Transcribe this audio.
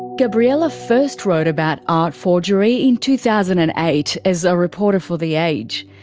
gabriella first wrote about art forgery in two thousand and eight, as a reporter for the age.